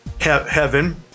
heaven